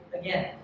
again